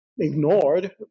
ignored